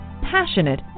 passionate